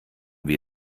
wir